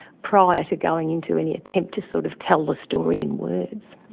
prior to going into any attempt to sort of tell the story in words.